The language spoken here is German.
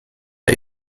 der